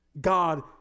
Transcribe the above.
God